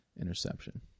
interception